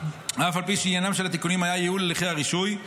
אף על פי שעניינם של התיקונים היה ייעול הליכי הרישוי,